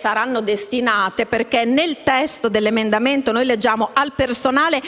saranno destinate. Nel testo dell'emendamento, infatti, leggiamo «al personale